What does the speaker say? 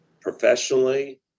professionally